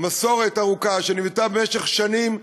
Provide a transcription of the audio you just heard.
מסורת ארוכה שנבנתה במשך שנים,